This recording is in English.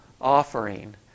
offering